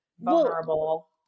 vulnerable